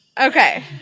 Okay